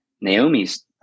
Naomi's